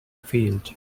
field